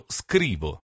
scrivo